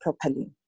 properly